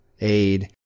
aid